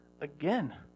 again